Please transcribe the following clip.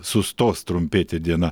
sustos trumpėti diena